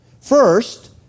First